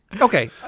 okay